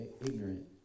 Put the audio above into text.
ignorant